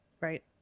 Right